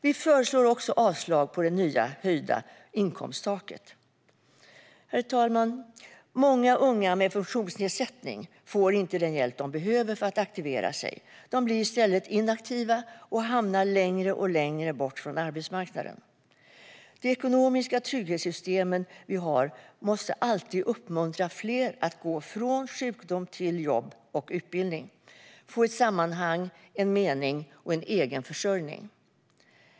Vi föreslår också avslag på det nya höjda inkomsttaket. Herr talman! Många unga med funktionsnedsättning får inte den hjälp de behöver för att aktivera sig. De blir i stället inaktiva och hamnar allt längre bort från arbetsmarknaden. De ekonomiska trygghetssystem vi har måste alltid uppmuntra fler att gå från sjukdom till jobb och utbildning, för att få ett sammanhang, en mening och en egen försörjning.